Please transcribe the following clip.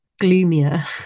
gloomier